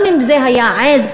גם אם זו הייתה עז